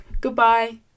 goodbye